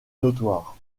notoire